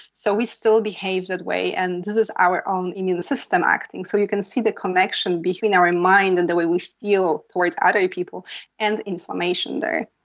so we still behave that way, and this is our own immune system acting. so you can see the connection between our mind and the way we feel towards other people and inflammation there.